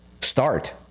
Start